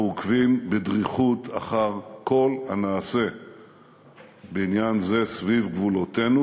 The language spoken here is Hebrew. אנחנו עוקבים בדריכות אחרי כל הנעשה בעניין זה סביב גבולותינו.